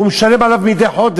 והוא משלם על כל עובד מדי חודש.